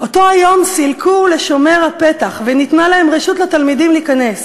אותו היום סילקוהו לשומר הפתח וניתנה להם רשות לתלמידים להיכנס,